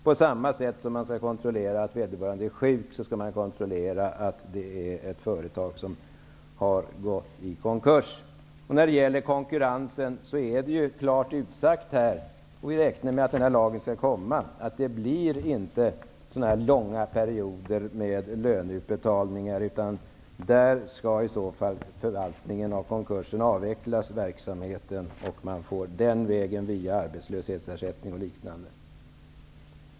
Precis som man kontrollerar om en person är sjuk, kan man kontrollera att ett företag har gått i konkurs. När det gäller konkurrensen är det klart utsagt att det inte kommer att bli långa perioder med löneutbetalningar, utan förvaltningen av konkursen skall i så fall avvecklas och man får övergå till arbetslöshetsersättning och liknande.